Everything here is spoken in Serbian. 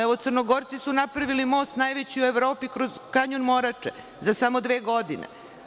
Evo, Crnogorci su napravili most najveći u Evropi, kroz Kanjon Morače, za samo dve godine.